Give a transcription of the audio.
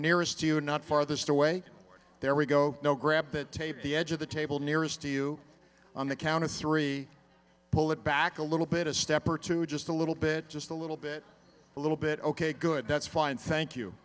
do not farthest away there we go no grab the tape the edge of the table nearest to you on the counter three pull it back a little bit a step or two just a little bit just a little bit a little bit ok good that's fine thank you